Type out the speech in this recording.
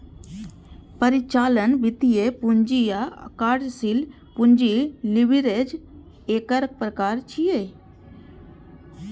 परिचालन, वित्तीय, पूंजी आ कार्यशील पूंजी लीवरेज एकर प्रकार छियै